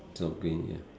all green ya